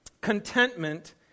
contentment